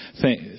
thank